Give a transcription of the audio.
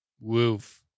Woof